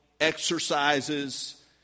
exercises